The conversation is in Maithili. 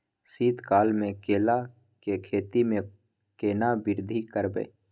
शीत काल मे केला के खेती में केना वृद्धि करबै?